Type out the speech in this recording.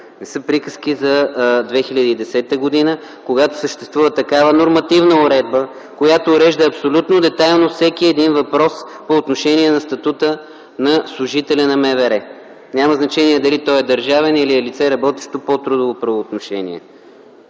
Не са приказки за 2010 г., когато съществува такава нормативна уредба, която урежда абсолютно детайлно всеки един въпрос по отношение на статута на служителя на МВР. Няма значение дали той е държавен служител или е лице, работещо по трудово правоотношение.